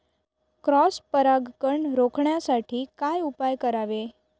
Cross परागकण रोखण्यासाठी काय उपाय करावे?